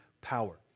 power